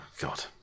god